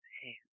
Hey